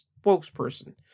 spokesperson